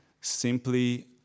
simply